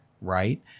right